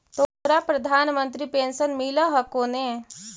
तोहरा प्रधानमंत्री पेन्शन मिल हको ने?